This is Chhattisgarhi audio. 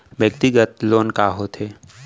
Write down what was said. व्यक्तिगत लोन का होथे?